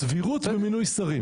סבירות במינוי שרים.